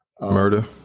Murder